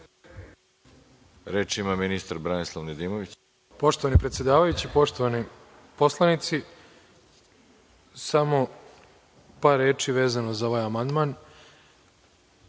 Nedimović. **Branislav Nedimović** Poštovani predsedavajući, poštovani poslanici, samo par reči vezano za ovaj amandman. Shvatio